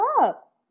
up